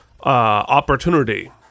opportunity